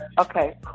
Okay